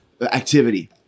activity